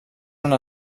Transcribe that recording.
una